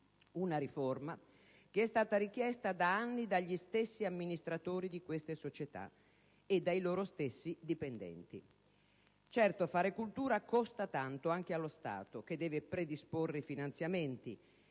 una riforma che è stata richiesta da anni dagli stessi amministratori di queste società e dai loro stessi dipendenti. Certo, fare cultura costa tanto, anche allo Stato che deve predisporre finanziamenti.